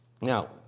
Now